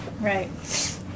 Right